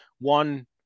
one